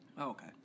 okay